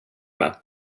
med